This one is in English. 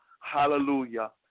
hallelujah